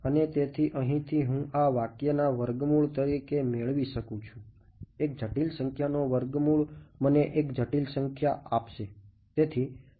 અને તેથી અહીંથી હું આ વાક્યના વર્ગમૂળ તરીકે મેળવી શકું છું એક જટિલ સંખ્યાનો વર્ગમૂળ મને એક જટિલ સંખ્યા આપશે